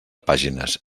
pàgines